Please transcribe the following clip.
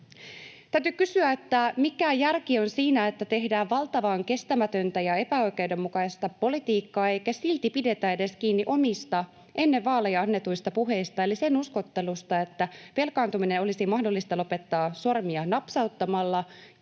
Täytyy kysyä, mikä järki on siinä, että tehdään valtavan kestämätöntä ja epäoikeudenmukaista politiikkaa eikä silti pidetä edes kiinni omista, ennen vaaleja annetuista puheista eli sen uskottelusta, että velkaantuminen olisi mahdollista lopettaa sormia napsauttamalla